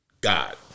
God